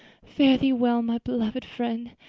fare thee well, my beloved friend.